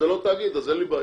אז זה לא תאגיד, אז אין לי בעיה.